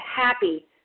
happy